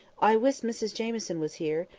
i wish mrs jamieson was here!